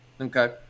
Okay